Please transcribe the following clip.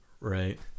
right